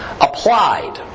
applied